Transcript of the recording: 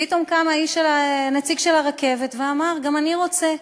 ופתאום קם הנציג של הרכבת ואמר: גם אני רוצה,